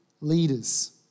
leaders